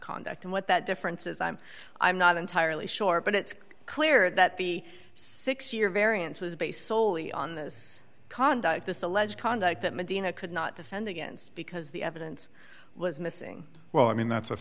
conduct and what that difference is i'm i'm not entirely sure but it's clear that the six year variance was based soley on the conduct of this alleged conduct that medina could not defend against because the evidence was missing well i mean that's a